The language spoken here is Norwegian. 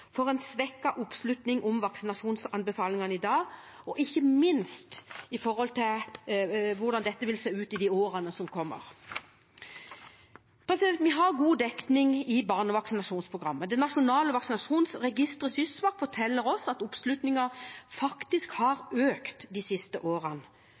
en svekket oppslutning om vaksinasjonsanbefalingene av i dag, og ikke minst hvordan dette vil se ut i årene som kommer. Vi har god dekning i barnevaksinasjonsprogrammet. Det nasjonale vaksinasjonsregisteret, SYSVAK, forteller oss at oppslutningen faktisk har økt de siste årene.